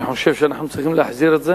אני חושב שאנחנו צריכים להחזיר את זה.